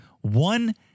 one